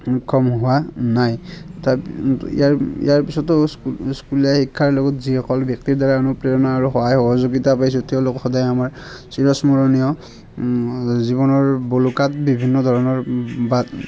সক্ষম হোৱা নাই তথা ইয়াত ইয়াৰ পিছতো স্কুলীয়া শিক্ষাৰ লগত যিসকল ব্যক্তিৰ দ্বাৰা অনুপ্ৰেৰণা আৰু সহায় সহযোগিতা পাইছোঁ তেওঁলোক সদায় আমাৰ চিৰস্মৰণীয় জীৱনৰ বলুকাত বিভিন্ন ধৰণৰ বাট